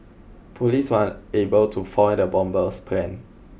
police were able to foil the bomber's plan